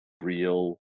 real